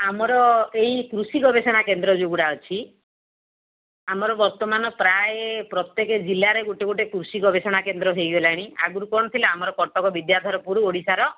ଆମର ଏହି କୃଷି ଗବେଷଣା କେନ୍ଦ୍ର ଯେଉଁ ଗୁଡ଼ା ଅଛି ଆମର ବର୍ତ୍ତମାନ ପ୍ରାୟ ପ୍ରତ୍ୟେକ ଜିଲ୍ଲାରେ ଗୋଟେ ଗୋଟେ କୃଷି ଗବେଷଣା କେନ୍ଦ୍ର ହୋଇଗଲାଣି ଆଗରୁ କ'ଣ ଥିଲା ଆମର କଟକ ବିଦ୍ୟାଧରପୁର ଓଡ଼ିଶାର